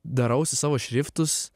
darausi savo šriftus